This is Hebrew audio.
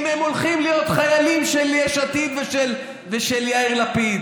אם הם הולכים להיות חיילים של יש עתיד ושל יאיר לפיד,